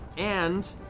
and